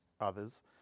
others